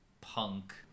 punk